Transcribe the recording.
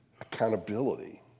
accountability